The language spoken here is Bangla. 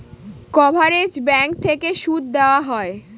কভারেজ ব্যাঙ্ক থেকে সুদ দেওয়া হয়